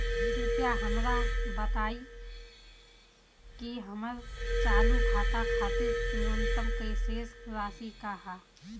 कृपया हमरा बताइं कि हमर चालू खाता खातिर न्यूनतम शेष राशि का ह